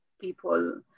people